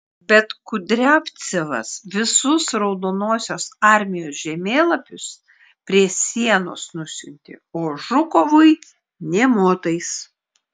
bet kudriavcevas visus raudonosios armijos žemėlapius prie sienos nusiuntė o žukovui nė motais